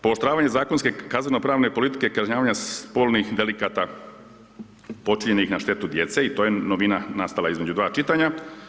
Pooštravanje zakonske kazneno-pravne politike kažnjavanja spolnih delikata počinjenih na štetu djece, i to je novina nastala između dva čitanja.